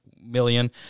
Million